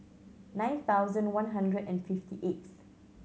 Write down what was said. nine thousand one hundred and fifty eighth